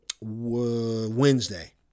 Wednesday